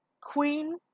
Queen